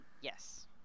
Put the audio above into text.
Yes